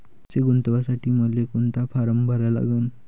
पैसे गुंतवासाठी मले कोंता फारम भरा लागन?